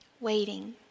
Waiting